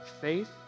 faith